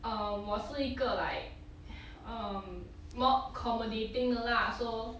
um 我是一个 like um more accommodating 的 lah so